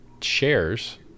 shares